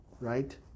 Right